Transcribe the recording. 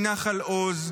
מנחל עוז,